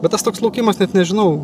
bet tas toks laukimas net nežinau